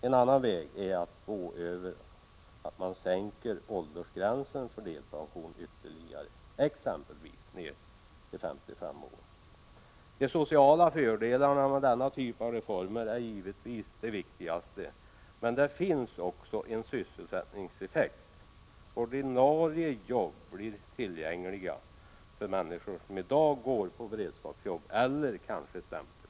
En annan väg är att man sänker åldersgränsen för delpension, exempelvis till 55 år. De sociala fördelarna med denna typ av reformer är givetvis det viktigaste, men det finns också en sysselsättningseffekt: ordinarie jobb blir tillgängliga för människor som i dag går på beredskapsjobb eller kanske stämplar.